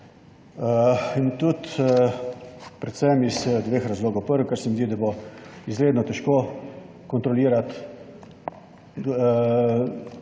debate predvsem iz dveh razlogov. Prvo, kar se mi zdi, da bo izredno težko kontrolirati